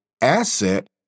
asset